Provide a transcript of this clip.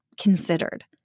considered